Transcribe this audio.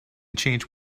changed